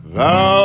Thou